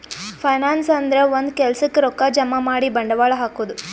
finance ಅಂದ್ರ ಒಂದ್ ಕೆಲ್ಸಕ್ಕ್ ರೊಕ್ಕಾ ಜಮಾ ಮಾಡಿ ಬಂಡವಾಳ್ ಹಾಕದು